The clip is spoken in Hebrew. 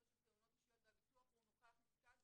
הזה של תאונות אישיות והביטוח הוא נוכח נפקד.